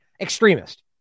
extremist